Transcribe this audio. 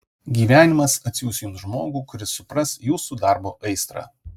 gyvenimas atsiųs jums žmogų kuris supras jūsų darbo aistrą